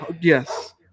Yes